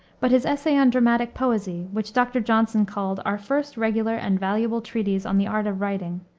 but his essay on dramatic poesie, which dr. johnson called our first regular and valuable treatise on the art of writing,